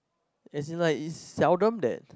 as in like is seldom that